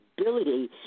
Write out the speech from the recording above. ability